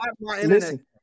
listen